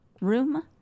room